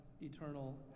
eternal